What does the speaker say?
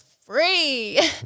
free